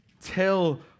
tell